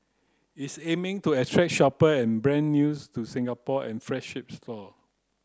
it's aiming to attract shopper and brand news to Singapore and flagship store